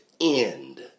end